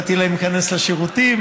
נתתי להם להיכנס לשירותים.